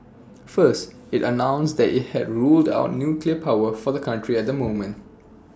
first IT announced that IT had ruled out nuclear power for the country at the moment